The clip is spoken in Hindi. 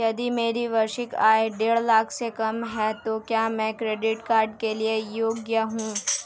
यदि मेरी वार्षिक आय देढ़ लाख से कम है तो क्या मैं क्रेडिट कार्ड के लिए योग्य हूँ?